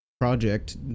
Project